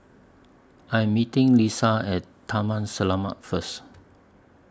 I Am meeting Lisha At Taman Selamat First